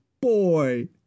boy